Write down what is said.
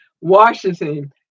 Washington